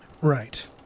Right